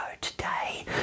today